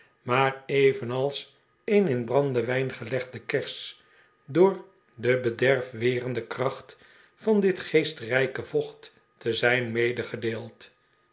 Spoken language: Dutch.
maar evenals een in brandewijn gelegde kers door de bederfwerende kracht van dit geestrijke vocht te zijn